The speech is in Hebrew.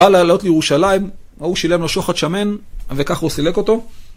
לעלות לירושלים, ההוא שילם לו שוחד שמן, וכך הוא סילק אותו.